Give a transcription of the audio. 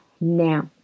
now